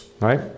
right